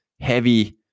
heavy